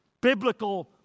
biblical